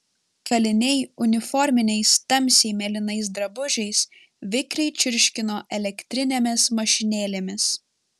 kaliniai uniforminiais tamsiai mėlynais drabužiais vikriai čirškino elektrinėmis mašinėlėmis